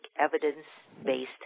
evidence-based